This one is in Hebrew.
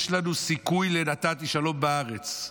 יש לנו סיכוי ל"נתתי שלום בארץ".